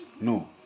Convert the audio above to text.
No